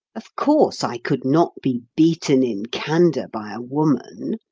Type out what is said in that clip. of course i could not be beaten in candour by a woman.